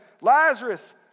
Lazarus